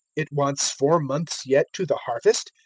it wants four months yet to the harvest?